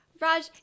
Raj